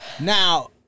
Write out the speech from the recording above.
Now